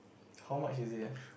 how much is it ah